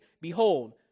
Behold